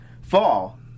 fall